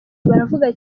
baravuga